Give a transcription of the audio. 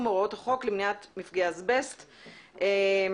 הוראות חוק למניעת מפגעי אסבסט ---".